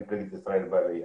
מפלגת ישראל בעלייה.